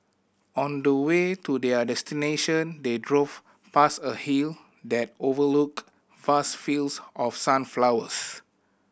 on the way to their destination they drove past a hill that overlooked vast fields of sunflowers